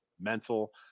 mental